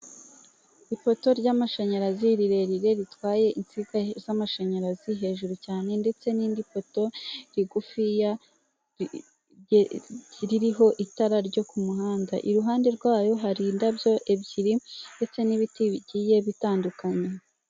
Ipoto ry'amashanyarazi rirerire ritwaye insinga z'amashanyarazi, hejuru cyane ndetse n'irindi poto rigufiya ririho itara ryo ku muhanda, iruhande rwayo hari indabyo ebyiri ndetse n'ibiti bigiye bitandukanye.